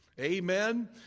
Amen